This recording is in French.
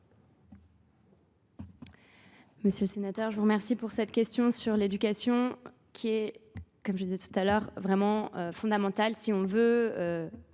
Monsieur le Sénateur, je vous remercie pour cette question sur l'éducation qui est, comme je vous disais tout à l'heure, vraiment fondamentale si on veut